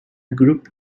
group